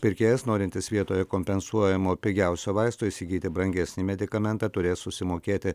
pirkėjas norintis vietoje kompensuojamo pigiausio vaisto įsigyti brangesnį medikamentą turės susimokėti